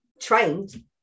trained